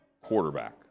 quarterback